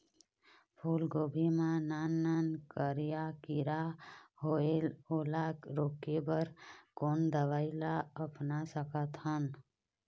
फूलगोभी मा नान नान करिया किरा होयेल ओला रोके बर कोन दवई ला अपना सकथन?